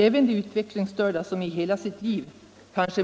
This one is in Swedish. Även de utvecklingsstörda som kanske i hela sitt liv